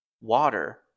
water